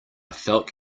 felt